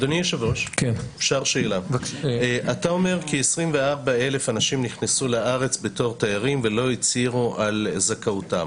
אתה אומר כ-24,000 אנשים נכנסו לארץ בתור תיירים ולא הצהירו על זכאותם,